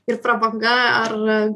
ir prabanga ar